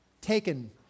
taken